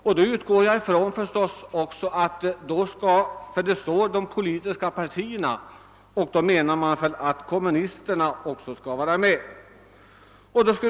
De politiska partierna skall ju också vara representerade och jag utgår ifrån att det även gäller kommunisterna.